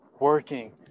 working